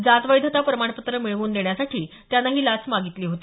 जात वैधता प्रमाणपत्र मिळवून देण्यासाठी त्याने लाच मागितली होती